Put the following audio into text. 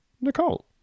Nicole